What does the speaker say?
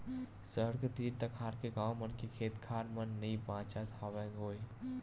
सहर के तीर तखार के गाँव मन के खेत खार मन नइ बाचत हवय गोय